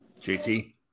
JT